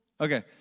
Okay